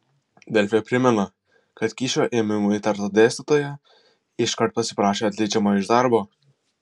delfi primena kad kyšio ėmimu įtarta dėstytoja iškart pasiprašė atleidžiama iš darbo